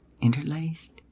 interlaced